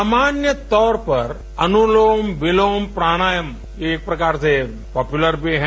सामान्य तौर पर अनुलोम विलोम प्राणायाम एक प्रकार से पापुलर भी है